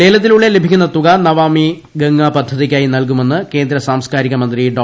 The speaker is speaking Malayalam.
ലേലത്തിലൂടെ ലഭിക്കുന്ന തുക നമാമി ഗംഗാ പദ്ധതിയ്ക്കായി നൽകുമെന്ന് കേന്ദ്ര സാസ്കാരിക മന്ത്രി ഡോ